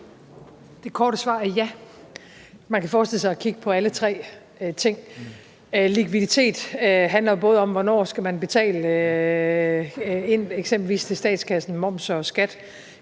Det korte svar er ja. Man kan forestille sig at kigge på alle tre ting. Likviditet handler både om, hvornår man skal betale til eksempelvis statskassen, moms og skat.